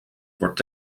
wordt